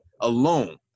alone